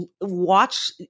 watch